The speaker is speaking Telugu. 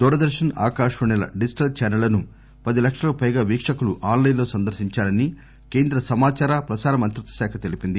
దూరదర్నస్ ఆకాశవాణిల డిజిటల్ చానళ్లను పది లక్షలకు పైగా వీక్షకులు ఆన్ లైస్ లో సందర్పించారని కేంద్ర సమాచార ప్రసార మంత్రిత్వ శాఖ తెలిపింది